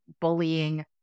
bullying